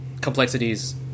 complexities